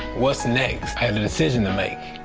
what's next? i had a decision to make.